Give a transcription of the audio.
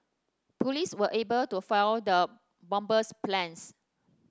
police were able to foil the bomber's plans